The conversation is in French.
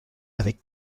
avec